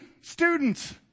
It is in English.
students